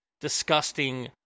disgusting